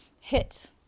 hit